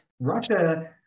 Russia